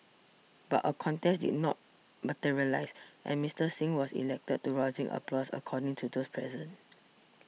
but a contest did not materialise and Mister Singh was elected to rousing applause according to those present